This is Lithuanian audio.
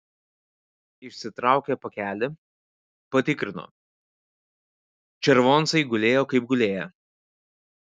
išsitraukė pakelį patikrino červoncai gulėjo kaip gulėję